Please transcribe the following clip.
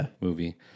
movie